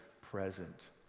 present